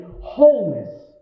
wholeness